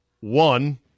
One